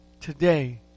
today